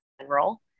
general